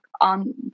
on